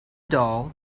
doll